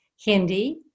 Hindi